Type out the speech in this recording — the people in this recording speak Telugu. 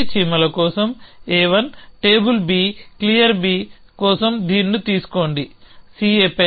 ఈ చీమల కోసం A1 టేబుల్ B clear కోసం దీన్ని తీసుకోండి CA పైన A clear